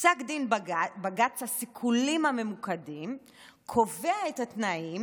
פסק דין בג"ץ בעניין הסיכולים הממוקדים קבע את התנאים